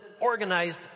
organized